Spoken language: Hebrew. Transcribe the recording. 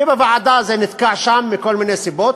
ובוועדה זה נתקע מכל מיני סיבות.